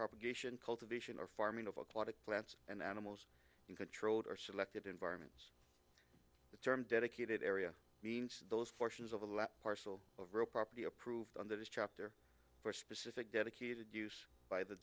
cultivation of farming of aquatic plants and animals in controlled or selected environments the term dedicated area means those portions of that parcel of real property approved on that is chapter for specific dedicated use by the